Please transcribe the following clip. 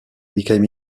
became